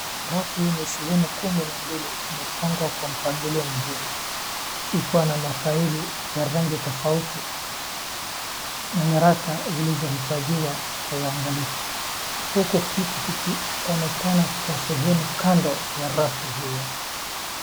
Rafu yenye sehemu kumi na mbili imepangwa kwa mpangilio mzuri ikiwa na mafaili ya rangi tofauti na nyaraka zilizo hifadhiwa kwa uangalifu huku kiti kikionekana kwa sehemu kando ya rafu hiyo.